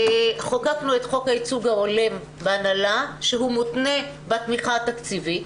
חוקקנו את חוק הייצוג ההולם בהנהלה שמותנה בתמיכה תקציבית.